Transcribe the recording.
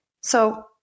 So-